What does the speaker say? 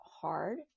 hard